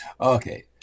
Okay